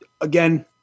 Again